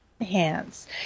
hands